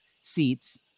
seats